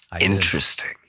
Interesting